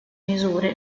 misure